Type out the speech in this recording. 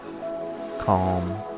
calm